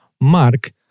Mark